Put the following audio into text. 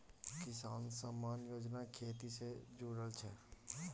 किसान सम्मान योजना खेती से जुरल छै